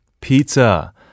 pizza